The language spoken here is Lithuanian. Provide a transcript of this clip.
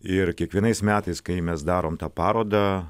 ir kiekvienais metais kai mes darom tą parodą